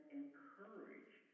encourage